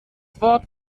wort